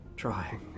trying